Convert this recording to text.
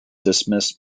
dismissed